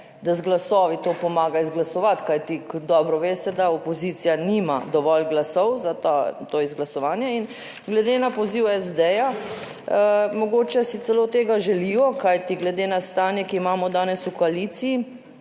da z glasovi to pomaga izglasovati. Kajti ko dobro veste, da opozicija nima dovolj glasov za to izglasovanje in glede na poziv SD, mogoče si celo tega želijo, kajti glede na stanje, ki ga imamo danes v koaliciji,